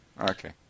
Okay